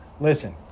listen